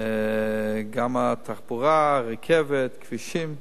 גם התחבורה, רכבת, כבישים,